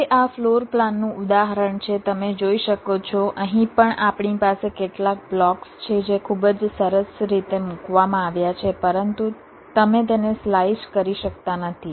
હવે આ ફ્લોર પ્લાનનું ઉદાહરણ છે તમે જોઈ શકો છો અહીં પણ આપણી પાસે કેટલાક બ્લોક્સ છે જે ખૂબ જ સરસ રીતે મૂકવામાં આવ્યા છે પરંતુ તમે તેને સ્લાઈસ કરી શકતા નથી